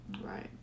Right